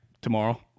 tomorrow